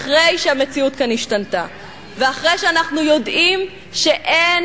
אחרי שהמציאות כאן השתנתה ואחרי שאנחנו יודעים שאין